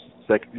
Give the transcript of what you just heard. second